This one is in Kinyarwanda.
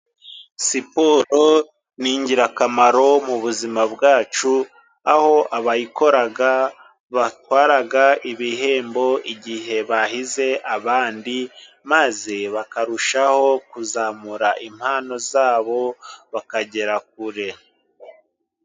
Siporo ni ingirakamaro mu buzima bwacu ,aho abayikora batwara ibihembo igihe bahize abandi, maze bakarushaho kuzamura impano zabo bakagera kure.